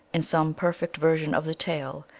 in some perfect version of the tale,